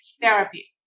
therapy